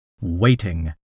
waiting